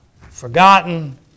forgotten